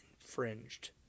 infringed